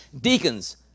Deacons